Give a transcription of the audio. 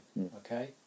okay